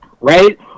right